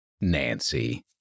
Nancy